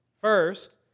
First